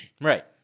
Right